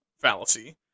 fallacy